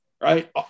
right